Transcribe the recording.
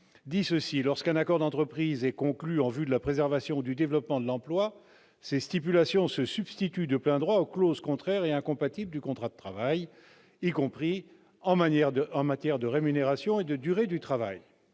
que « Lorsqu'un accord d'entreprise est conclu en vue de la préservation ou du développement de l'emploi, ses stipulations se substituent de plein droit aux clauses contraires et incompatibles du contrat de travail, y compris en matière de rémunération et de durée du travail.